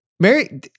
Mary